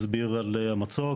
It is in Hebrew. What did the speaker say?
הסביר על המצוק.